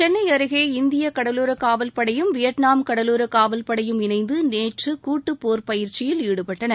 சென்னை அருகே இந்திய கடலோர காவல் படையும் வியட்நாம் கடலோர காவல்படையும் இணைந்து நேற்று கூட்டுப்போர் பயிற்சியில் ஈடுபட்டன